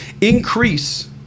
increase